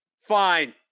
fine